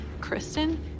Kristen